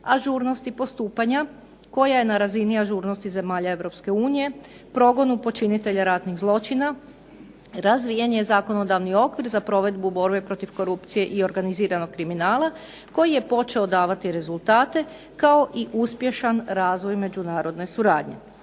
ažurnosti postupanja koja je na razini ažurnosti zemalja EU, progonu počinitelja ratnih zločina, razvijen je zakonodavni okvir za provedbu borbe protiv korupcije i organiziranog kriminala koji je počeo davati rezultate kao i uspješan razvoj međunarodne suradnje.